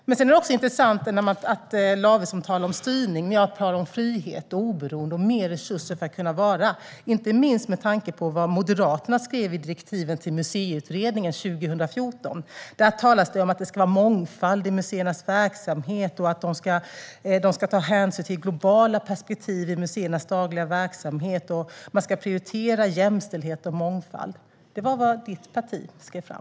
Det är också intressant att Lavesson talar om styrning när jag talar om frihet, oberoende och mer resurser, inte minst med tanke på vad Moderaterna skrev i direktivet till Museiutredningen 2014. Där talas det om att det ska vara mångfald i museernas verksamhet, att museerna ska ta hänsyn till globala perspektiv i sin dagliga verksamhet och att man ska prioritera jämställdhet och mångfald. Det var vad Olof Lavessons parti skrev fram.